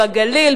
בגליל,